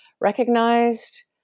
recognized